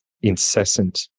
incessant